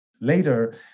later